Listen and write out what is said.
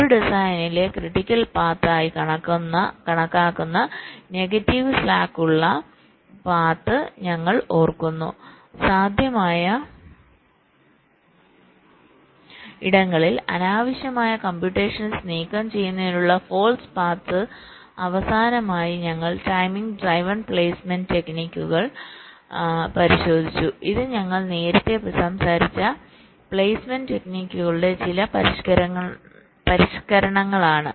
ഒരു ഡിസൈനിലെ critical paths ആയി കണക്കാക്കുന്ന നെഗറ്റീവ് സ്ലാക്കുകളുള്ള പാത്സ് ഞങ്ങൾ ഓർക്കുന്നു സാധ്യമായ ഇടങ്ങളിൽ അനാവശ്യമായ കംപ്യുറ്റേഷൻസ് നീക്കം ചെയ്യുന്നതിനുള്ള ഫാൾസ് പാത്സ് അവസാനമായി ഞങ്ങൾ ടൈമിംഗ് ഡ്രൈവൺ പ്ലേസ്മെന്റ് ടെക്നിക്കുകൾ പരിശോധിച്ചു ഇത് ഞങ്ങൾ നേരത്തെ സംസാരിച്ച പ്ലേസ്മെന്റ് ടെക്നിക്കുകളുടെ ചില പരിഷ്കരണങ്ങളാണ്